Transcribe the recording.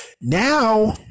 Now